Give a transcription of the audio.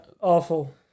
awful